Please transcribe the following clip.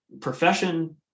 profession